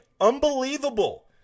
Unbelievable